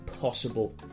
possible